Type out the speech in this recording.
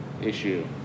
issue